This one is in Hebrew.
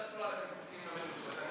איך תוותרו על המתוקים והמתוקות?